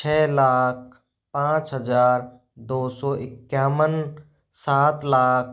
छः लाख पाँच हजार दो सौ इक्यावन सात लाख